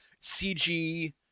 cg